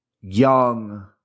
young